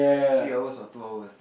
three hours or two hours